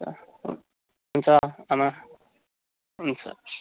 हुन्छ हुन्छ आमा हुन्छ